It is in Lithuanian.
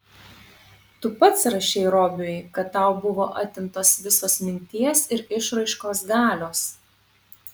tu pats rašei robiui kad tau buvo atimtos visos minties ir išraiškos galios